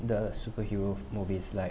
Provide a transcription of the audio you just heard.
the superhero movies like